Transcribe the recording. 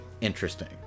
interesting